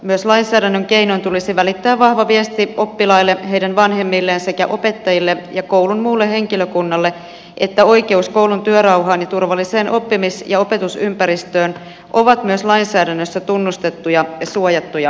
myös lainsäädännön keinoin tulisi välittää vahva viesti oppilaille heidän vanhemmilleen sekä opettajille ja koulun muulle henkilökunnalle että oikeus koulun työrauhaan ja turvalliseen oppimis ja opetusympäristöön ovat myös lainsäädännössä tunnustettuja ja suojattuja oikeuksia